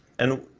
and